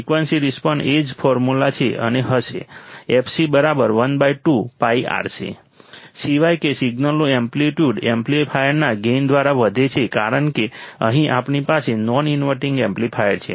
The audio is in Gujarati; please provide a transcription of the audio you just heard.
ફ્રિકવન્સી રિસ્પોન્સ એ જ ફોર્મ્યુલા છે અને હશે fc 1 2 πRC સિવાય કે સિગ્નલનું એમ્પ્લિટ્યુડ એમ્પ્લીફાયરના ગેઇન દ્વારા વધે છે કારણ કે અહીં આપણી પાસે નોન ઈન્વર્ટીંગ એમ્પ્લીફાયર છે